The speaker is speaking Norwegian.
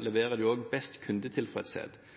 leverer de også best kundetilfredshet.